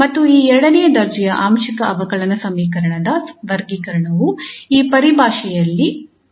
ಮತ್ತು ಈ ಎರಡನೇ ದರ್ಜೆಯ ಆಂಶಿಕ ಅವಕಲನ ಸಮೀಕರಣದ ವರ್ಗೀಕರಣವು ಈ ಪರಿಭಾಷೆಯನ್ನು ಆಧರಿಸಿದೆ